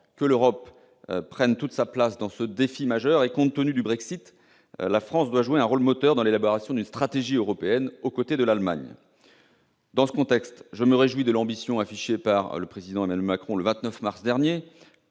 que l'Europe prenne toute sa place dans ce défi majeur et, compte tenu du Brexit, la France doit jouer, aux côtés de l'Allemagne, un rôle moteur dans l'élaboration d'une stratégie européenne. Dans ce contexte, je me réjouis de l'ambition affichée par le président Emmanuel Macron le 29 mars dernier